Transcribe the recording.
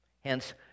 Hence